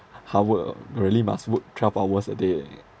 hard work orh really must work twelve hours a day eh